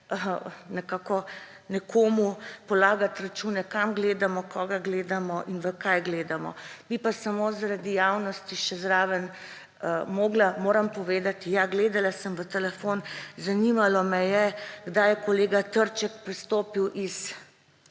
celo, nekomu polagati račune, kam gledamo, koga gledamo in v kaj gledamo. Bi pa samo zaradi javnosti še zraven povedala, ja, gledala sem v telefon, zanimalo me je, kdaj je kolega Trček prestopil iz